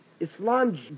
Islam